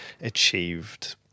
achieved